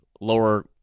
lower